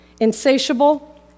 insatiable